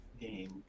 game